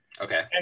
okay